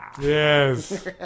Yes